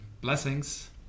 Blessings